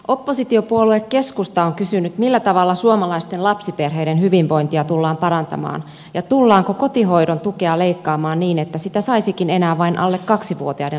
oppositiopuolue keskusta on kysynyt millä tavalla suomalaisten lapsiperheiden hyvinvointia tullaan parantamaan ja tullaanko kotihoidon tukea leikkaamaan niin että sitä saisikin enää vain alle kaksivuotiaiden lasten hoidosta